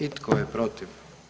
I tko je protiv?